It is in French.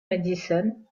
madison